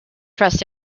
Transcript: trust